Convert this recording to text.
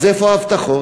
אז איפה ההבטחות?